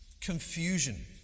confusion